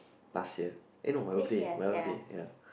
last year eh no my birthday my birthday ya